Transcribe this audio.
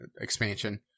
expansion